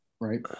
right